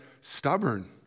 stubborn